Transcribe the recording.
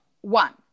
one